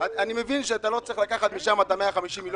אני מבין שאתה לא צריך משם את ה-150 מיליון